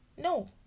no